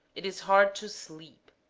it is hard to sleep